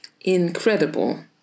incredible